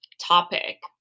topic